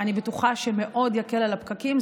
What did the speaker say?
אני בטוחה שמאוד יקל על הפקקים.